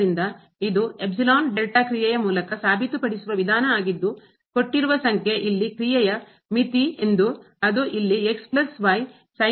ಆದ್ದರಿಂದ ಇದು ಕ್ರಿಯೆಯ ಮೂಲಕ ಸಾಬೀತುಪಡಿಸುವ ವಿಧಾನ ಆಗಿದ್ದು ಕೊಟ್ಟಿರುವ ಸಂಖ್ಯೆ ಇಲ್ಲಿ ಕ್ರಿಯೆಯ ಮಿತಿ ಎಂದು ಅದು ಇಲ್ಲಿ ಆಗಿರುತ್ತದೆ